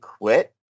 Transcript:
quit